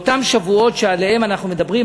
באותם שבועות שעליהם אנחנו מדברים,